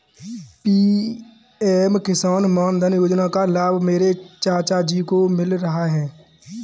PM किसान मानधन योजना का लाभ मेरे चाचा जी को मिल रहा है